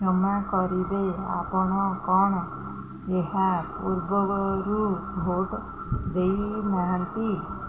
କ୍ଷମା କରିବେ ଆପଣ କ'ଣ ଏହା ପୂର୍ବରୁ ଭୋଟ୍ ଦେଇନାହାନ୍ତି